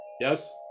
yes